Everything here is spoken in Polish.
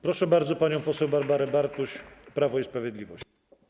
Proszę bardzo panią poseł Barbarę Bartuś, Prawo i Sprawiedliwość.